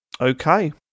Okay